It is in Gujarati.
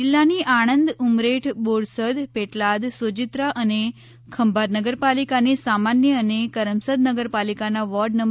જિલ્લાની આણંદ ઉમરેઠ બોરસદ પેટલાદ સોજિત્રા અને ખંભાત નગરપાલિકાની સામાન્ય અને કરમસદ નગરપાલિકાના વોર્ડ નં